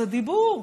זה דיבור,